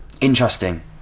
Interesting